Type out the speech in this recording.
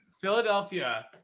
Philadelphia